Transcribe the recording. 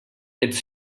its